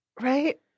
Right